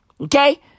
okay